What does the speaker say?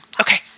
Okay